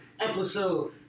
episode